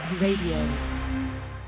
Radio